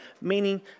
meaning